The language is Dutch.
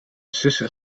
zussen